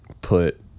put